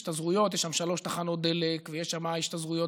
השתזרויות: יש שם שלוש תחנות דלק ויש שם בהתחלה השתזרויות